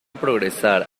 progresar